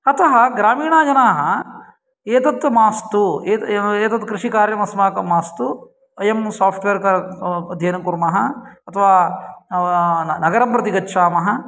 अतः ग्रामीणजनाः एतत्त् मास्तु एत् एव एतत् कृषिकार्य अस्माकं मास्तु अयं साफ़्टवेर् अध्ययनं कुर्मः अथवा नगरं प्रति गच्छामः